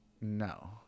no